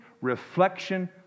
reflection